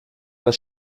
das